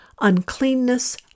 uncleanness